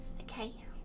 Okay